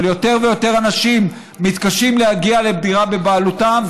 אבל יותר ויותר אנשים מתקשים להגיע לדירה בבעלותם.